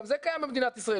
וגם זה קיים במדינת ישראל,